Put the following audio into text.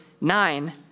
nine